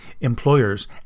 Employers